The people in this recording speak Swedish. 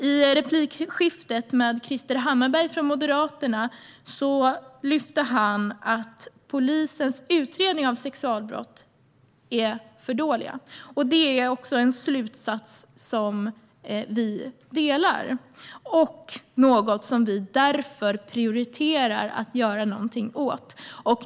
I replikskiftet med Krister Hammarbergh från Moderaterna lyfte han fram att polisens utredningar av sexualbrott är för dåliga. Det är en slutsats som vi instämmer i och något som vi därför prioriterar att göra någonting åt.